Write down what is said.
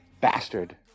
bastard